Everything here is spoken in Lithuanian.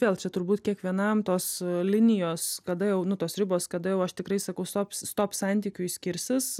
vėl čia turbūt kiekvienam tos linijos kada jau nu tos ribos kada jau aš tikrai sakau stop stop santykiui skirsis